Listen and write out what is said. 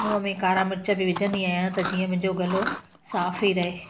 मुंहं में कारा मिर्च बि विझंदी आहियां त जीअं मुंहिंजो गलो साफ़ ई रहे